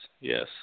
yes